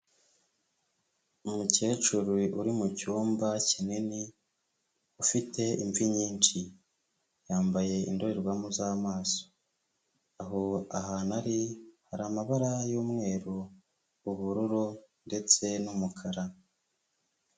Umukecuru uri mu cyumba kinini, ufite imvi nyinshi yambaye indorerwamo z'amaso, aho ahantu ari hari amabara y'umweru, ubururu ndetse n'umukara.